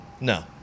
No